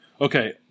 Okay